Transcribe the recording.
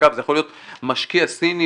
זה יכול להיות משקיע סיני,